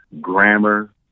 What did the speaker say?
grammar